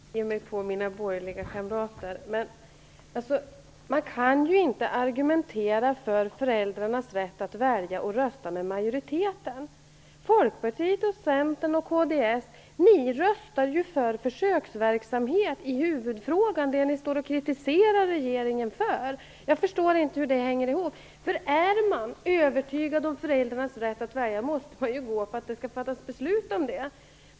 Fru talman! Jag ogillar att ge mig på mina borgerliga kamrater, men man kan inte argumentera för föräldrarnas rätt att välja och rösta med majoriteten. Folkpartiet, Centern och kds röstar ju för en försöksverksamhet i huvudfrågan. Det är ju det ni står och kritiserar regeringen för. Jag förstår inte hur det hänger ihop. Är man övertygad om föräldrarnas rätt att välja måste man ju anse att det skall fattas beslut om det.